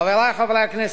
חברי חברי הכנסת,